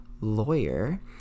lawyer